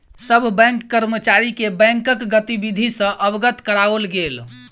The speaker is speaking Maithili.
सभ बैंक कर्मचारी के बैंकक गतिविधि सॅ अवगत कराओल गेल